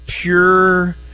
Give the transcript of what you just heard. pure